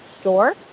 store